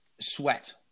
Sweat